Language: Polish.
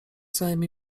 całymi